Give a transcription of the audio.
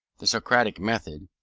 the socratic method,